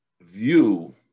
view